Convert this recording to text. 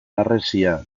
harresia